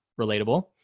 relatable